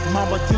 Mama